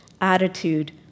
attitude